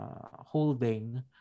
holding